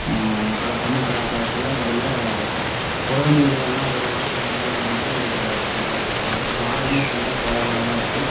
கல தமிழ்க் கலாச்சாரத்தில் முதல்ல உறவினர்கள் எல்லாம் ஒரு வாரத்துக்கு முன்னாடியே வந்துட்டு ஒரு அந்த ஒரு வாரமே ஃபுல்லாக கோலாகலமாக இருக்கும்